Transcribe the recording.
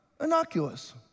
innocuous